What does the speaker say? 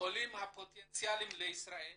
הפוטנציאליים לישראל